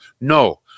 No